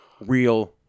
real